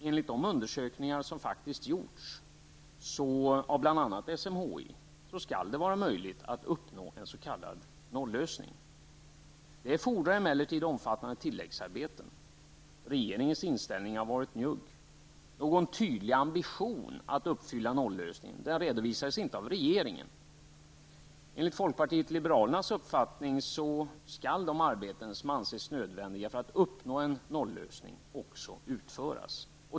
Enligt de undersökningar som faktiskt har gjorts av bl.a. SMHI är det möjligt att uppnå en s.k. nollösning. Det fordras emellertid omfattande tilläggsarbeten. Regeringens inställning har varit njugg. Någon tydlig ambition att uppnå en nollösning har inte redovisats av regeringen. Vi i folkpartiet liberalerna har uppfattningen att de arbeten som anses nödvändiga för att uppnå en nollösning skall utföras.